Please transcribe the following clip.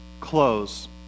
close